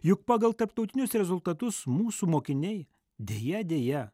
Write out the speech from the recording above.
juk pagal tarptautinius rezultatus mūsų mokiniai deja deja